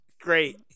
Great